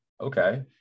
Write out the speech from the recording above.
okay